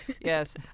Yes